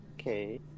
Okay